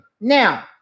Now